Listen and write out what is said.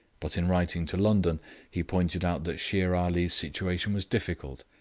but in writing to london he pointed out that shere ali's situation was difficult,